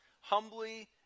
humbly